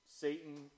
Satan